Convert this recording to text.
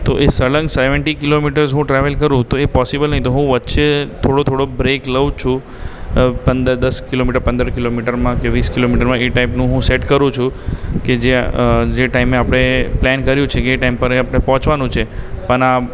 તો એ સળંગ સેવન્ટી કિલોમીટર્સ હું ટ્રાવેલ કરું તો એ પૉસિબલ નથી તો હું વચ્ચે થોડો થોડો બ્રેક લઉં જ છું પંદર દસ કિલોમીટર પંદર કિલોમીટરમાં કે વીસ કિલોમીટરમાં એ ટાઇપનું હું સેટ કરું છું કે જયાં જે ટાઇમે આપણે પ્લાન કર્યું છે એ ટાઇમ પર આપણે પહોંચવાનું છે પણ આમ